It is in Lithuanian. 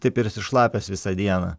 taip ir esi šlapias visą dieną